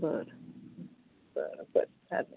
बरं बरं बरं चालेल